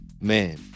Man